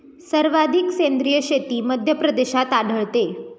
सर्वाधिक सेंद्रिय शेती मध्यप्रदेशात आढळते